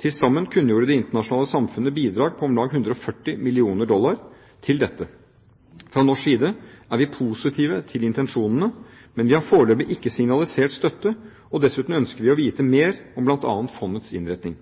Til sammen kunngjorde det internasjonale samfunnet bidrag på om lag 140 mill. dollar – USD – til dette. Fra norsk side er vi positive til intensjonene, men vi har foreløpig ikke signalisert støtte, og dessuten ønsker vi å vite mer om bl.a. fondets innretning.